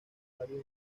varios